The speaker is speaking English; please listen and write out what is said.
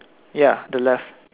ya the left